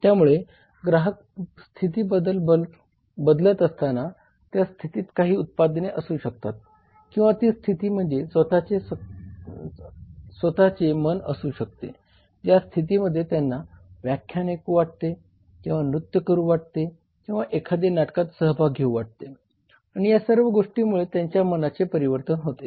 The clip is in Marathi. त्यामुळे ग्राहक स्थिती बदलत असताना त्या स्थितीत काही उत्पादने असू शकतात किंवा ती स्थिती म्हणजे त्याचे स्वतःचे मन असू शकते ज्या स्थितीमध्ये त्यांना व्याख्यान ऐकू वाटते किंवा नृत्य करू वाटते किंवा एखादे नाटकात सहभाग घेऊ वाटते आणि या सर्व गोष्टींमुळे त्यांच्या मनाचे परिवर्तन होते